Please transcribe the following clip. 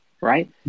right